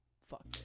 Fuck